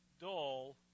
dull